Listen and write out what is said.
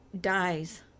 dies